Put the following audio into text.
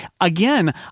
again